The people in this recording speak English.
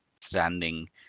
standing